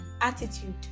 attitude